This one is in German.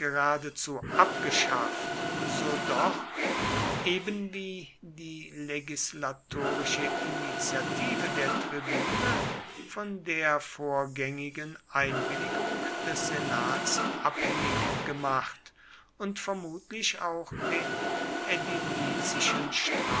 geradezu abgeschafft so doch ebenwie die legislatorische initiative der tribune von der vorgängigen einwilligung des senats abhängig gemacht und vermutlich auch den